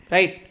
Right